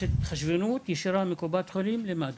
ההתחשבנות היא ישירה מקופת חולים למד"א.